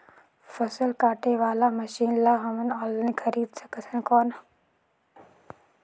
फसल काटे वाला मशीन ला हमन ऑनलाइन खरीद सकथन कौन?